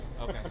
Okay